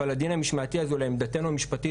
אבל הדין המשמעתי הזה לעמדתנו המשפטית